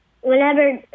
Whenever